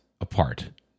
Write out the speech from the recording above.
apart